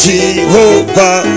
Jehovah